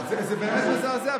זה באמת מזעזע.